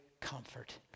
comfort